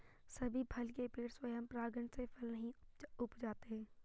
सभी फल के पेड़ स्वयं परागण से फल नहीं उपजाते